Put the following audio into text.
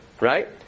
right